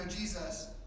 Jesus